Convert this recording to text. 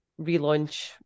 relaunch